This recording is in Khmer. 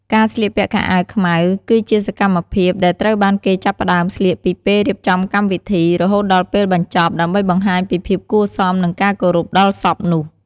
ការស្លៀកពាក់ខោអាវខ្មៅ គឺជាសកម្មភាពដែលត្រូវបានគេចាប់ផ្ដើមស្លៀកពីពេលរៀបចំកម្មវិធី រហូតដល់ពេលបញ្ចប់ ដើម្បីបង្ហាញពីភាពគួរសម និងការគោរពដល់សពនោះ។